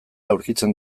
aurkitzen